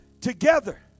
together